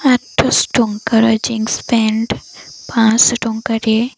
ଆଠଶହ ଟଙ୍କାର jeans pant ପାଞ୍ଚଶହ ଟଙ୍କାରେ